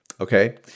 okay